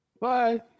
bye